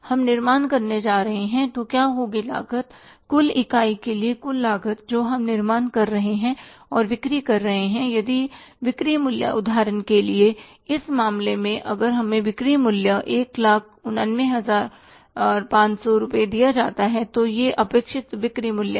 हम निर्माण करने जा रहे हैं तो क्या होगी लागत कुल इकाई के लिए कुल लागत जो हम निर्माण कर रहे हैं और बिक्री कर रहे हैं यदि बिक्री मूल्य उदाहरण के लिए इस मामले में अगर हमें बिक्री मूल्य 189500 रुपये दिया जाता है तो यह अपेक्षित बिक्री मूल्य है